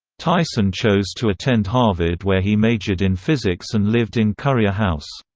tyson chose to attend harvard where he majored in physics and lived in currier house.